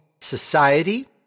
society